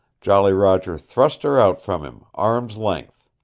jolly roger thrust her out from him, arm's length.